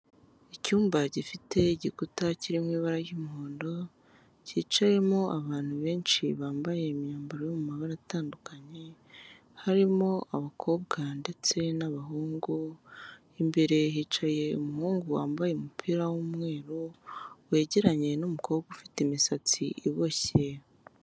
Icyumba gifite igikuta kiri mu ibara ry'umuhondo kicayemo abantu benshi bambaye imyambaro yo mu mabara atandukanye, harimo abakobwa ndetse n'abahungu. Imbere hicaye umuhungu wambaye umupira w'umweru wegeranye n'umukobwa ufite imisatsi iboshye.